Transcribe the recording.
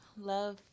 Love